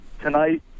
tonight